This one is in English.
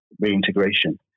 reintegration